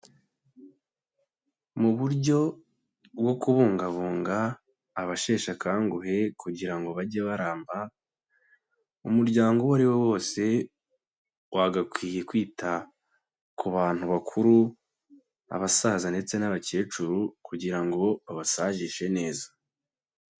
Mu buryo bwo kubungabunga abasheshe akanguhe kugira ngo bajye baramba, umuryango uwo ariwo wose wagakwiye kwita ku bantu bakuru abasaza ndetse n'abakecuru kugira ngo babasazishe neza.